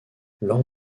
lors